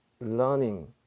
learning